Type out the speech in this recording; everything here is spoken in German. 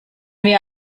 wir